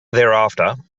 thereafter